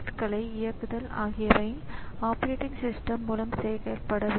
எனவே இங்கேதான் உண்மையான ஆப்பரேட்டிங் ஸிஸ்டம் ஏற்றப்பட்டுள்ளது